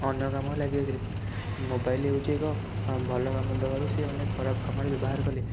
ଅନ୍ୟ କାମରେ ଲାଗି ଯାଇଥିଲେ ମୋବାଇଲ୍ ହେଉଛି ଏକ ଭଲ କାମ ଦବାରୁ ସେମାନେ ଖରାପ କାମରେ ବ୍ୟବହାର କଲେ